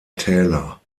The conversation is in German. täler